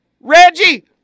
Reggie